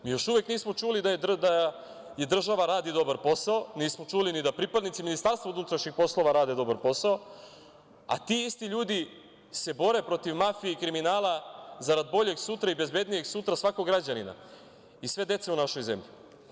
Mi još uvek nismo čuli da država radi dobar posao, nismo čuli ni da pripadnici MUP-a rade dobar posao, a ti isti ljudi se bore protiv mafije i kriminala zarad boljeg i bezbednijeg sutra svakog građanina i sve dece u našoj zemlji.